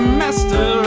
master